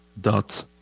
dot